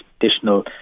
additional